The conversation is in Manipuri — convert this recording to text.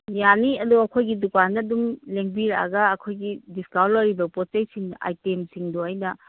ꯌꯥꯅꯤ ꯑꯗꯣ ꯑꯩꯈꯣꯏꯒꯤ ꯗꯨꯀꯥꯟꯗ ꯑꯗꯨꯝ ꯂꯦꯡꯕꯤꯔꯛꯑꯒ ꯑꯩꯈꯣꯏꯒꯤ ꯗꯤꯁꯀꯥꯎꯟ ꯂꯩꯔꯤꯕ ꯄꯣꯡꯆꯩꯁꯤꯡ ꯑꯥꯏꯇꯦꯝꯁꯤꯡꯗꯣ ꯑꯩꯅ